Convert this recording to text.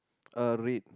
uh red